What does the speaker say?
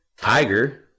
Tiger